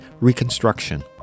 Reconstruction